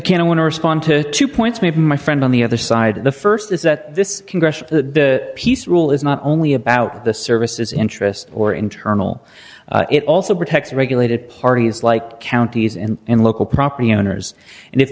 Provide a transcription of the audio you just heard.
can i want to respond to two points made my friend on the other side the st is that this congressional the peace rule is not only about the services interests or internal it also protects regulated parties like counties and local property owners and if